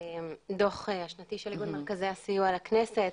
הדו"ח השנתי של איגוד מרכזי הסיוע לכנסת.